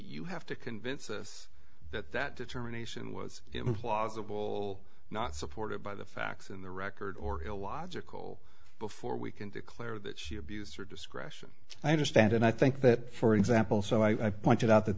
you have to convince us that that determination was implausible not supported by the facts in the record or illogical before we can declare that she abused her discretion i understand and i think that for example so i pointed out that